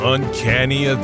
Uncanny